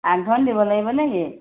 আগধন দিব লাগিব নেকি